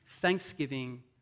Thanksgiving